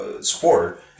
sport